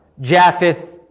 Japheth